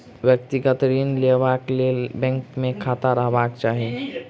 व्यक्तिगत ऋण लेबा लेल बैंक मे खाता रहबाक चाही